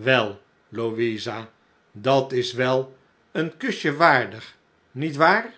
wel louisa dat is wel een kusje waardig niet waar